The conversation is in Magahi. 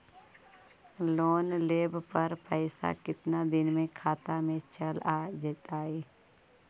लोन लेब पर पैसा कितना दिन में खाता में चल आ जैताई?